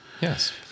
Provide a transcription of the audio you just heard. yes